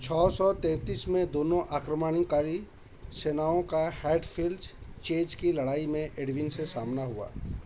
छह सौ तेँतीस में दोनों आक्रमणकारी सेनाओं का हैटफील्ड चेज़ की लड़ाई में एडविन से सामना हुआ